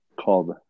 called